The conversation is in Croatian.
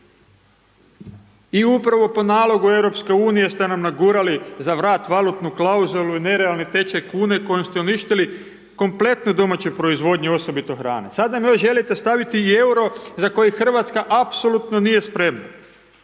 I upravo po nalogu Europske unije ste nam nagurali za vrat valutnu klauzulu i nerealni tečaj kune kojim ste uništili kompletnu domaću proizvodnju, osobito hrane. Sad nam još želite staviti i euro za koji Hrvatska apsolutno nije spremna.